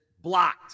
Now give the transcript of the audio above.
blocked